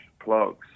plugs